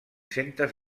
centes